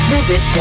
Visit